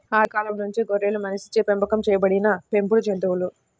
ఆది కాలం నుంచే గొర్రెలు మనిషిచే పెంపకం చేయబడిన పెంపుడు జంతువులు